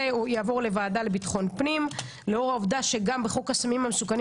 זה יעבור לוועדה לביטחון פנים לאור העובדה שגם בחוק הסמים המסוכנים